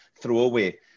throwaway